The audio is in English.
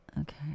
Okay